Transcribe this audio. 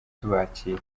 tubakira